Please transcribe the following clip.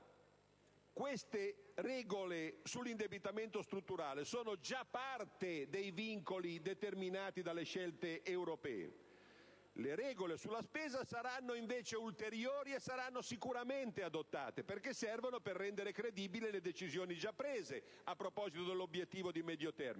Queste regole sull'indebitamento strutturale sono già parte dei vincoli determinati dalle scelte europee. Le regole sulla spesa saranno invece ulteriori e saranno sicuramente adottate, perché servono per rendere credibili le decisioni già prese a proposito dell'obiettivo di medio termine.